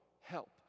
help